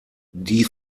die